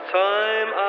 time